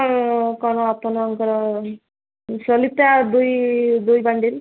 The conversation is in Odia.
କଣ ଆପଣଙ୍କର ସଳିତା ଦୁଇ ଦୁଇ ବଣ୍ଡୁଲି